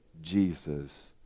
jesus